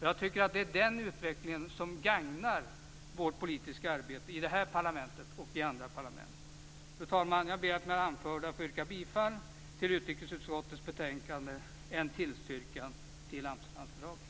Jag tycker att det är den utvecklingen som gagnar vårt politiska arbete i det här parlamentet och i andra parlament. Fru talman! Jag ber att med det anförda få yrka bifall till hemställan i utrikesutskottets betänkande, en tillstyrkan till Amsterdamfördraget.